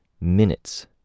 Minutes